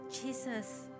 Jesus